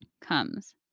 comes